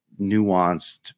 nuanced